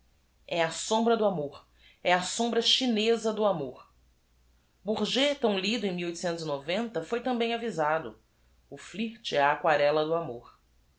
a sombra do amor é a sombra chineza do amor ourget tão l i d o em f o i lambem avisado o flirt é a aquarella do amor